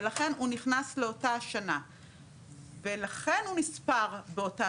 ולכן הוא נכנס לאותה שנה ולכן הוא נספר באותה